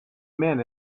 men